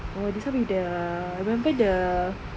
oh this [one] with the remember the